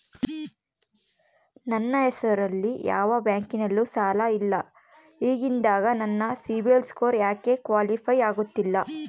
ನನ್ನ ಹೆಸರಲ್ಲಿ ಯಾವ ಬ್ಯಾಂಕಿನಲ್ಲೂ ಸಾಲ ಇಲ್ಲ ಹಿಂಗಿದ್ದಾಗ ನನ್ನ ಸಿಬಿಲ್ ಸ್ಕೋರ್ ಯಾಕೆ ಕ್ವಾಲಿಫೈ ಆಗುತ್ತಿಲ್ಲ?